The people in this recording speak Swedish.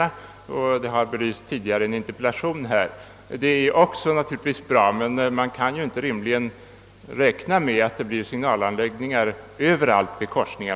Frågan har belysts tidigare i ett interpellationssvar i denna kammare. En komplettering med signalanläggningar är naturligtvis bra. Man kan dock rimligen inte räkna med att det skall finnas signalanläggningar i alla gatukorsningar.